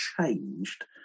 changed